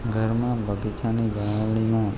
ઘરમાં બગીચાની જાળવણીમાં